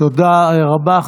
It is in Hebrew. תודה רבה.